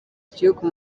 gihugu